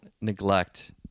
neglect